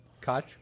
Koch